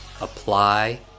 apply